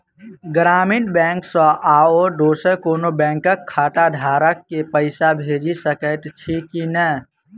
ग्रामीण बैंक सँ आओर दोसर कोनो बैंकक खाताधारक केँ पैसा भेजि सकैत छी की नै?